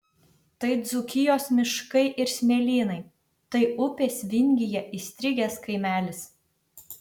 tai dzūkijos miškai ir smėlynai tai upės vingyje įstrigęs kaimelis